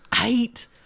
Eight